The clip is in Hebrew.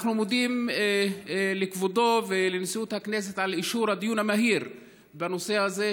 אנחנו מודים לכבודו ולנשיאות הכנסת על אישור הדיון המהיר בנושא הזה,